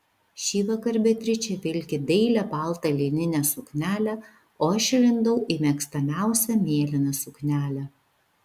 šįvakar beatričė vilki dailią baltą lininę suknelę o aš įlindau į mėgstamiausią mėlyną suknelę